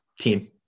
team